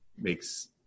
makes